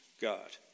God